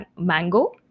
mango